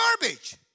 garbage